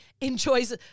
enjoys